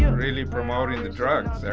yeah really promoting the drugs there.